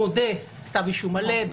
מודה בכתב אישום מלא,